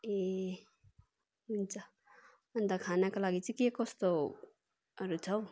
ए हुन्छ अन्त खानाको लागि चाहिँ के कस्तोहरू छ हो